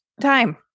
time